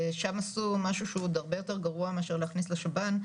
שם עשו משהו שהוא עוד הרבה יותר גרוע מאשר להכניס לשב"ן,